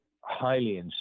highly